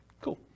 Cool